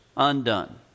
Undone